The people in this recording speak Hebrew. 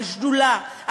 על שדולה,